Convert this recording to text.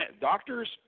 doctors